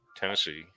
Tennessee